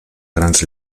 grans